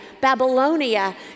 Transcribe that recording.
Babylonia